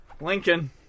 Lincoln